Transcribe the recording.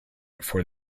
for